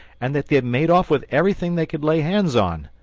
and that they had made off with everything they could lay hands on.